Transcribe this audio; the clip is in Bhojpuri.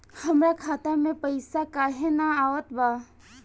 हमरा खाता में पइसा काहे ना आवत बा?